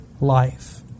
life